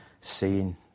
seeing